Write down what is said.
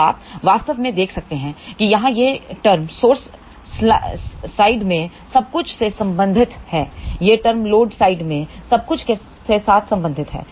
तो आप वास्तव में देख सकते हैं यहां यह टर्म स्रोत साइड में सब कुछ से संबंधित हैयह टर्म लोड साइड में सब कुछ के साथ संबंधित है